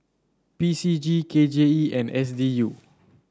P C G K J E and S D U